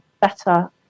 better